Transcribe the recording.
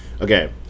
Okay